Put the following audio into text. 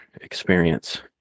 experience